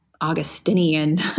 Augustinian